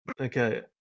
okay